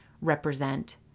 represent